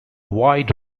wide